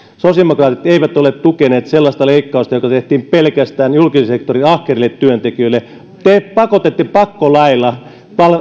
sosiaalidemokraatit eivät ole tukeneet sellaista leikkausta joka tehtiin pelkästään julkisen sektorin ahkerille työntekijöille te pakotitte pakkolaeilla